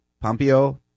Pompeo